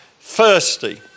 thirsty